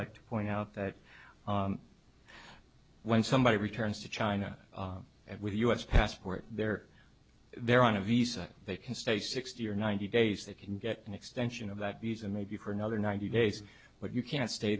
like to point out that when somebody returns to china and with us passport they're there on a visa they can stay sixty or ninety days they can get an extension of that visa maybe for another ninety days but you can't stay